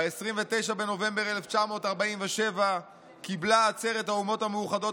ב-29 בנובמבר 1947 קיבלה עצרת האומות המאוחדות